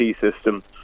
system